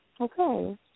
Okay